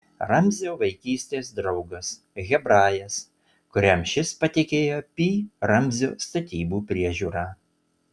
ramzio vaikystės draugas hebrajas kuriam šis patikėjo pi ramzio statybų priežiūrą